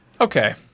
Okay